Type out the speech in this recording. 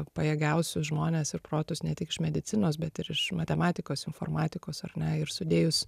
pajėgiausius žmones ir protus ne tik iš medicinos bet ir iš matematikos informatikos ar ne ir sudėjus